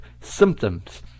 symptoms